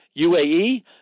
UAE